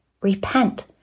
Repent